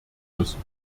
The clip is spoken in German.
müssen